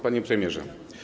Panie Premierze!